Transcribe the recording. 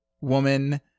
woman